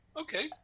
Okay